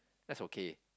that's okay